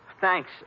thanks